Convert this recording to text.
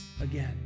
again